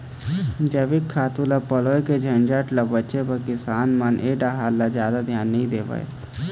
जइविक खातू ल पलोए के झंझट ल बाचे बर किसान मन ए डाहर जादा धियान नइ देवय